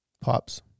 Pops